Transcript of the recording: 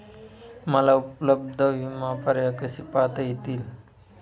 मला उपलब्ध विमा पर्याय कसे पाहता येतील?